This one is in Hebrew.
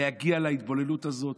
להגיע להתבוללות הזאת?